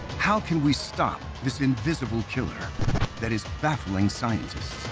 how can we stop this invisible killer that is baffling scientists?